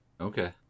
Okay